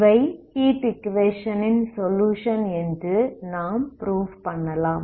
இவை heat equation ன் solution என்று நாம் ஃப்ரூஃப் பண்ணலாம்